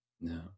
no